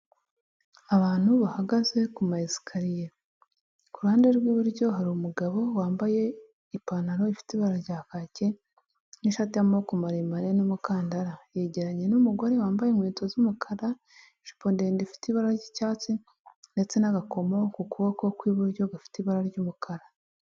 Abantu bahagaze ku mayesikariye ku ruhande rw’iburyo hari umugabo wambaye ipantaro ifite ibara rya kaki n’ishati y'amaboko maremare n'umukandara ,yegeranye n'umugore wambaye inkweto z'umukara, ijipo ndende ifite ibara ry'icyatsi ndetse n'agakomo ku kaboko k'iburyo gafite ibara ry'umukara.